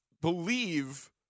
believe